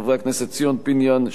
חברי הכנסת ציון פיניאן,